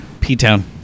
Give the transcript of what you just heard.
P-Town